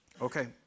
Okay